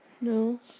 No